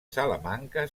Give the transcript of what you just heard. salamanca